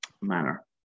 manner